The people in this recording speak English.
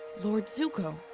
lord zuko,